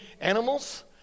animals